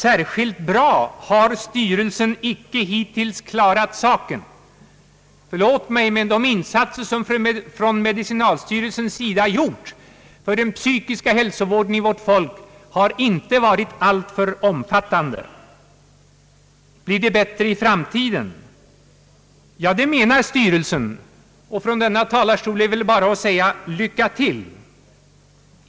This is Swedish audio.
Särskilt bra har styrelsen hittills icke klarat saken. Förlåt mig, men de insatser som från medicinalstyrelsens sida gjorts för den psykiska hälsovården i vårt folk har inte varit alltför omfattande. Blir det bättre i framtiden? Ja, det menar styrelsen, och från denna talarstol är det väl bara att säga: Lycka till!